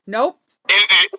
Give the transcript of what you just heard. Nope